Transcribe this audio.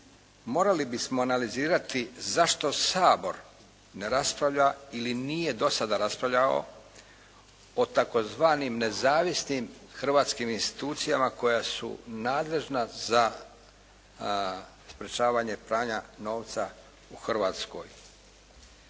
morali bismo analizirati zašto Sabor ne raspravlja ili nije do sada raspravljao o tzv. nezavisnim hrvatskim institucijama koje su nadležna za sprječavanje pranja novca u Hrvatskoj.